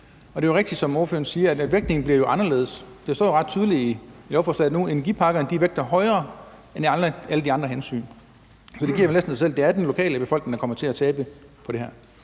Det er jo rigtigt, som ordføreren siger, at vægtningen bliver anderledes, for det står jo ret tydeligt i lovforslaget, at energiparkerne vægter højere end alle de andre hensyn. Så det giver vel næsten sig selv, at det er den lokale befolkning, der kommer til at tabe på det her.